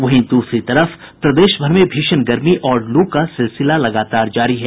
वहीं दूसरी तरफ प्रदेशभर में भीषण गर्मी और लू का सिलसिला लगातार जारी है